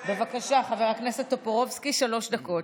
בבקשה, חבר הכנסת טופורובסקי, שלוש דקות.